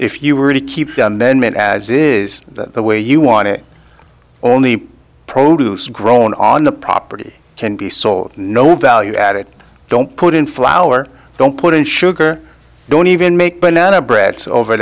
if you were to keep the amendment as it is the way you want it only produce grown on the property can be sold no value at it don't put in flour don't put in sugar don't even make banana bread over